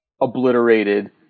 obliterated